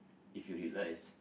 if you realise